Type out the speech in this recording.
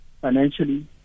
financially